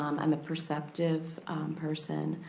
i'm a perceptive person.